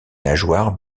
nageoires